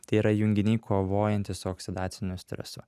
tai yra junginiai kovojantys su oksidaciniu stresu